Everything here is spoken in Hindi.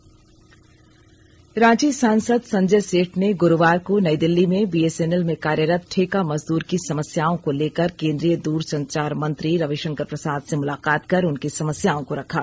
संजय सेठ रांची सांसद संजय सेठ ने गुरुवार को नई दिल्ली में बीएसएनएल में कार्यरत ठेका मजदूर की समस्याओं को लेकर केंद्रीय दूरसंचार मंत्री रवि शंकर प्रसाद से मुलाकात कर उनकी समस्याओं को रखा